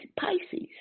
Pisces